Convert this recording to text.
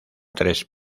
tres